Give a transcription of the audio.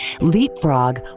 Leapfrog